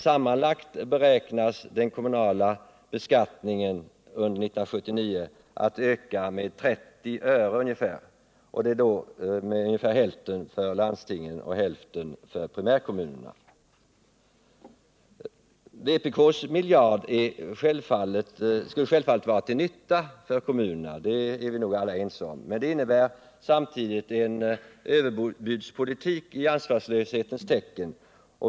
Sammanlagt beräknas den kommunala beskattningen under 1979 öka med ungefär 30 öre jämnt fördelat på landsting och primärkommuner. Den miljard som vpk begär i motionen skulle självfallet vara till nytta för kommunerna. Det är vi nog alla ense om. Men detta skulle samtidigt innebära en överbudspolitik i ansvarslöshetens tecken.